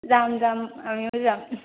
যাম যাম আমিও যাম